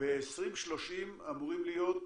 ב-2030 אמורים להיות